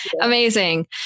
amazing